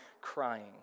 crying